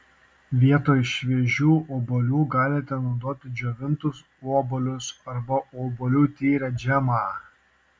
vietoj šviežių obuolių galite naudoti džiovintus obuolius arba obuolių tyrę džemą